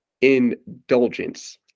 indulgence